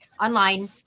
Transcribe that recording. online